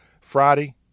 Friday